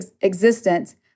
existence